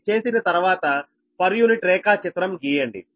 ఇది చేసిన తరవాత పర్ యూనిట్ రేఖాచిత్రం గీయండి